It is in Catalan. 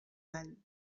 all